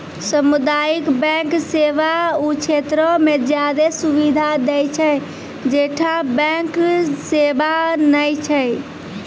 समुदायिक बैंक सेवा उ क्षेत्रो मे ज्यादे सुविधा दै छै जैठां बैंक सेबा नै छै